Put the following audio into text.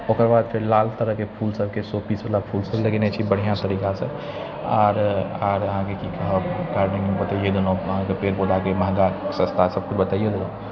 ओकर बाद फेर लाल तरहके फूल सब शो पीसवला फूल सब लगेने छी बढ़िआँ तरीकासँ आर आर अहाँके की कहब अहाँके पेड़ पौधाके महगा सस्ता सब तऽ बताइये देलहुँ